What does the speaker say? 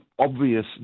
obvious